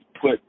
put